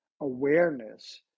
awareness